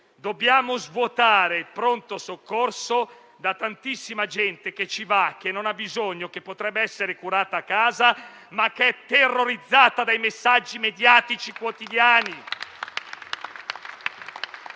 Dobbiamo svuotare i pronto soccorso da tantissima gente che ci va, che non ha bisogno, che potrebbe essere curata a casa, ma che è terrorizzata dai messaggi mediatici quotidiani.